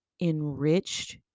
enriched